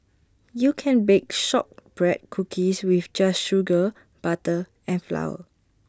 you can bake Shortbread Cookies just with sugar butter and flour